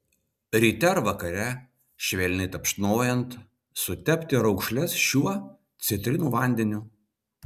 ryte ir vakare švelniai tapšnojant sutepti raukšles šiuo citrinų vandeniu